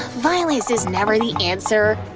violence is never the answer.